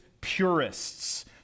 purists